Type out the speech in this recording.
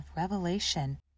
revelation